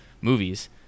movies